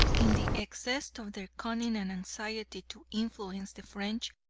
in the excess of their cunning and anxiety to influence the french,